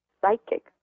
psychic